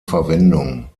verwendung